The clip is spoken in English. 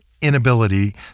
inability